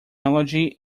analogy